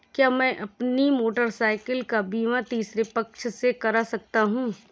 क्या मैं अपनी मोटरसाइकिल का बीमा तीसरे पक्ष से करा सकता हूँ?